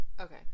Okay